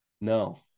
No